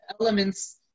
elements